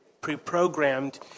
pre-programmed